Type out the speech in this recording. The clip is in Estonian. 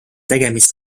tegemist